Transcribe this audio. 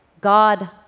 God